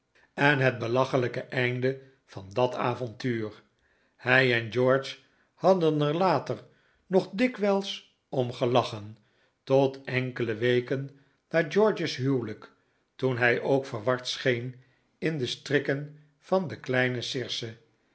en het belachelijke einde van dat avontuur hij en george hadden er later nog dikwijls om gelachen tot enkele weken na george's huwelijk toen hij ook verward scheen in de strikken van de kleine